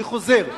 אני חוזר: